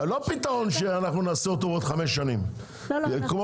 לא פתרון שנעשה אותו עוד חמש שנים כמו